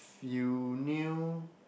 if you knew